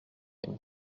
une